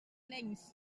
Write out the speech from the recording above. plens